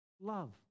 love